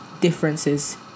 differences